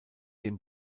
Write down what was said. dem